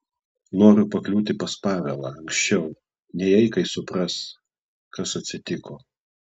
noriu pakliūti pas pavelą anksčiau nei eikai supras kas atsitiko